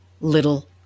little